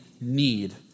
need